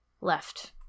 left